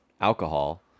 alcohol